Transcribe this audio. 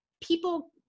people